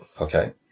Okay